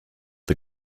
the